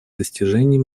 достижений